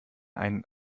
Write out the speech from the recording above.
einen